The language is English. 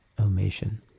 omission